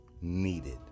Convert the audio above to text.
needed